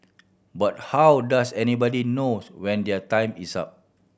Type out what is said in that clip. but how does anybody knows when their time is up